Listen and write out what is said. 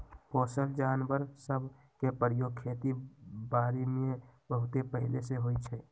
पोसल जानवर सभ के प्रयोग खेति बारीमें बहुते पहिले से होइ छइ